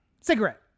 cigarette